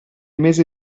mese